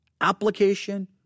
application